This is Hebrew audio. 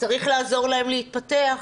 צריך לעזור להם להתפתח.